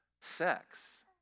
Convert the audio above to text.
sex